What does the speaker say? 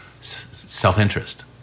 self-interest